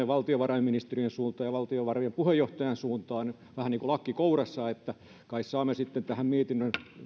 valtiovarainministeriön suuntaan ja valtiovarojen puheenjohtajan suuntaan vähän niin kuin lakki kourassa että kai saamme sitten tähän mietintöön